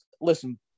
listen